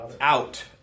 Out